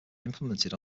implemented